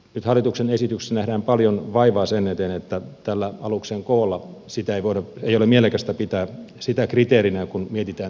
nyt hallituksen esityksessä nähdään paljon vaivaa sen eteen että tätä aluksen kokoa ei ole mielekästä pitää kriteerinä kun mietitään tätä promillerajaa